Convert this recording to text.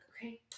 okay